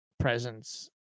presence